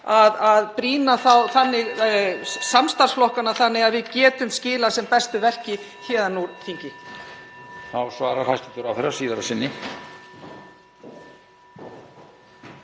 að brýna samstarfsflokkana þannig að við getum skilað sem bestu verki héðan úr þinginu.